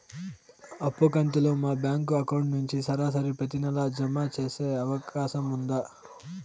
అప్పు కంతులు మా బ్యాంకు అకౌంట్ నుంచి సరాసరి ప్రతి నెల జామ సేసే అవకాశం ఉందా?